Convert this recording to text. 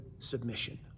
submission